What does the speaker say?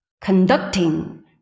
conducting